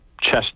chest